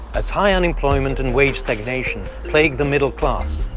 as high unemployment and wage stagnation plague the middle class.